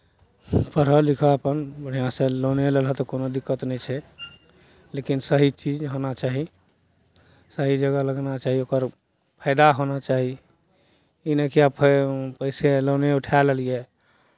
पढ़ह लिखह अपन बढ़िआँसँ लोने लेलहक तऽ कोनो दिक्कत नहि छै लेकिन सही चीज होना चाही सही जगह लगना चाही ओकर फैदा होना चाही ई नहि कि आब पैसे लोने उठाए लेलियै